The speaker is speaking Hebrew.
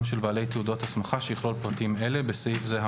של בעלי תעודות הסמכה שיכלול פרטים אלה (בסעיף זה,